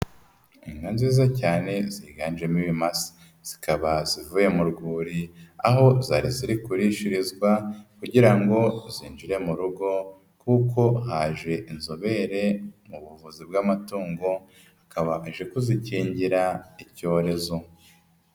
Inka nziza cyane ziganjemo ibimasa, zikaba zivuye mu rwuri aho zari zirikurishirizwa kugira ngo zinjire mu rugo kuko haje inzobere mu buvuzi bw'amatungo, akaba aje kuzikingira icyorezo.